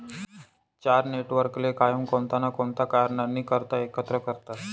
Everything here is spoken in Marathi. चार नेटवर्कले कायम कोणता ना कोणता कारणनी करता एकत्र करतसं